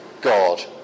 God